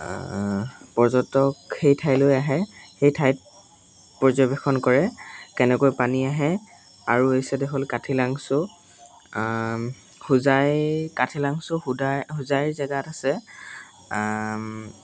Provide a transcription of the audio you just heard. পৰ্যটক সেই ঠাইলৈ আহে সেই ঠাইত পৰ্যৱেশন কৰে কেনেকৈ পানী আহে আৰু এই ছাইডে হ'ল কাঠিলাংচু হোজাই কাঠিলাংচু সুদাই হোজাই জেগাত আছে